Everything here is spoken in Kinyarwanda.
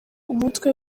umutwe